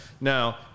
Now